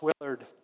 Willard